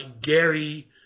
Gary